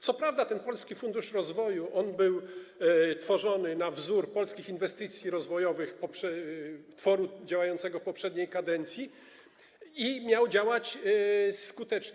Co prawda ten Polski Fundusz Rozwoju był tworzony na wzór Polskich Inwestycji Rozwojowych, tworu działającego w poprzedniej kadencji, i miał działać skutecznie.